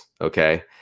okay